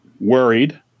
worried